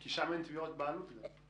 כי שם אין תביעות בעלות גם.